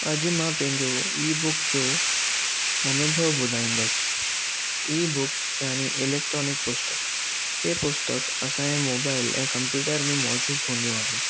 अॼु मां पंहिंजो ई बुक जो अनुभव ॿुधाईंदुसि ई बुक्स यानी इलेक्ट्रॉनिक पुस्तक ई पुस्तक असांजे मोबाइल ऐं कम्प्यूटर में मौजूदु हूंदियूं आहिनि